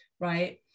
right